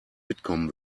mitkommen